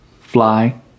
fly